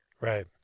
Right